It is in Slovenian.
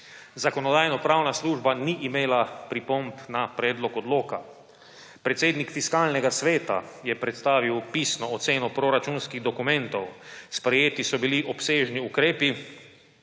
Zakonodajno-pravna služba ni imela pripomb na predlog odloka. Predsednik Fiskalnega sveta je predstavil pisno oceno proračunskih dokumentov. Sprejeti so bili obsežni ukrepi,